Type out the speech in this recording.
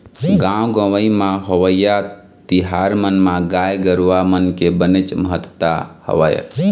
गाँव गंवई म होवइया तिहार मन म गाय गरुवा मन के बनेच महत्ता हवय